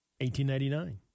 1899